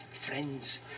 friends